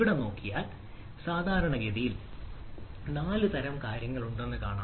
അവിടെ നോക്കിയാൽ സാധാരണഗതിയിൽ 4 തരം കാര്യങ്ങളുണ്ടെന്ന് കാണാം